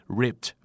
ripped